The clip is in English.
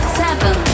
seven